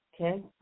Okay